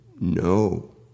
no